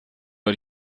war